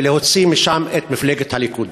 ולהוציא משם את מפלגת הליכוד.